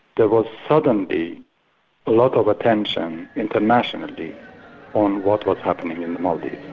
there was suddenly a lot of attention internationally on what was happening in the maldives.